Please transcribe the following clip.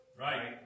Right